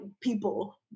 people